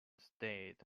stayed